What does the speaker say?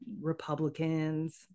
Republicans